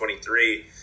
23